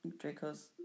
Draco's